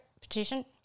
Petition